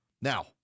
Now